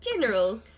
general